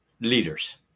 leaders